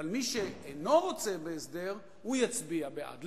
אבל מי שאינו רוצה בהסדר, הוא יצביע בעד.